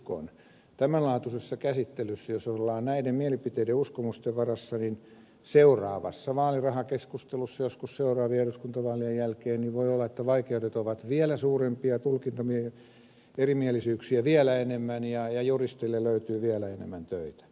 jos tämän laatuisessa käsittelyssä ollaan näiden mielipiteiden ja uskomusten varassa seuraavassa vaalirahakeskustelussa joskus seuraavien eduskuntavaalien jälkeen voi olla että vaikeudet ovat vielä suurempia tulkintaerimielisyyksiä on vielä enemmän ja juristeille löytyy vielä enemmän töitä